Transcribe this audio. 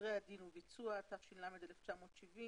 (סדרי הדין וביצוע), התש"ל-1970.